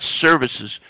services